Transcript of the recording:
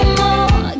more